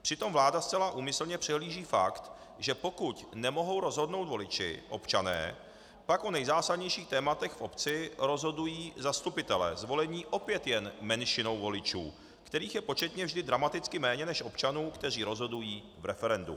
Přitom vláda zcela úmyslně přehlíží fakt, že pokud nemohou rozhodnout voliči, občané, pak o nejzásadnějších tématech v obci rozhodují zastupitelé zvolení opět jen menšinou voličů, kterých je početně vždy dramaticky méně než občanů, kteří rozhodují v referendu.